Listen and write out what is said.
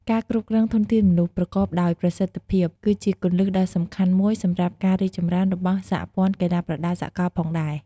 ការគ្រប់គ្រងធនធានមនុស្សប្រកបដោយប្រសិទ្ធភាព គឺជាគន្លឹះដ៏សំខាន់មួយសម្រាប់ការរីកចម្រើនរបស់សហព័ន្ធកីឡាប្រដាល់សកលផងដែរ។